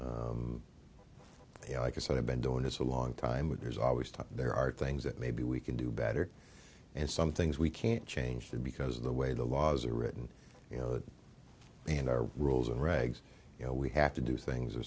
suggestions like i said i've been doing this a long time with there's always time there are things that maybe we can do better and some things we can't change because of the way the laws are written you know and our rules and regs you know we have to do things